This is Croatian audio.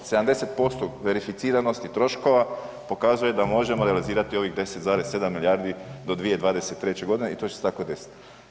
70% verificiranosti troškova pokazuje da možemo realizirati ovih 10,7 milijardi do 2023. g. i to će se tako desiti.